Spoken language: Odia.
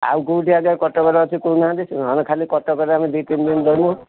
ଆଉ କେଉଁଠି ଆଜ୍ଞା କଟକରେ ଅଛି କହୁ ନାହାଁନ୍ତି ନହେଲେ ଖାଲି କଟକରେ ଆମେ ଦୁଇ ତିନଦିନ ରହିବୁ